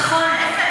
נכון, נכון.